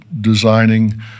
designing